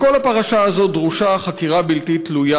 בכל הפרשה הזאת דרושה חקירה בלתי תלויה.